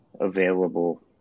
available